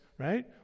Right